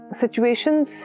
situations